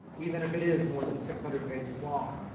even if it is more than six hundred pages long.